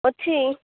ଅଛି